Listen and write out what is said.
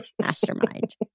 mastermind